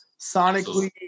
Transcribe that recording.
sonically